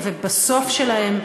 ובסוף שלהם,